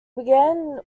began